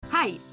Hi